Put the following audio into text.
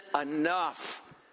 enough